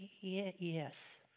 Yes